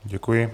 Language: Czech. Děkuji.